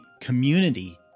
community